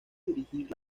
dirigir